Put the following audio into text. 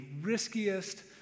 riskiest